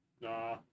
Nah